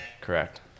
correct